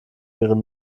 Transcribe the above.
ihre